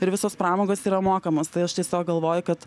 ir visos pramogos yra mokamos tai aš tiesiog galvoju kad